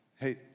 hey